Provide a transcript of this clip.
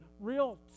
real